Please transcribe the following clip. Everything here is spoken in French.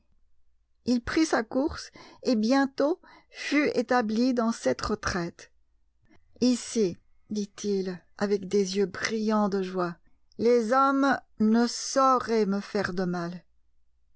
il prit sa course et bientôt fut établi dans cette retraite ici dit-il avec des yeux brillants de joie les hommes ne sauraient me faire de mal